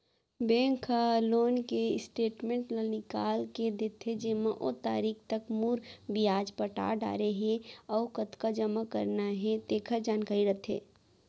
bank ह loan के statement ल निकाल के देथे जेमा ओ तारीख तक मूर, बियाज पटा डारे हे अउ कतका जमा करना हे तेकर जानकारी रथे